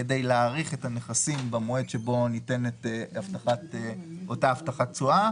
כדי להעריך את הנכסים במועד שבו ניתנת אותה הבטחת תשואה